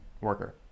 worker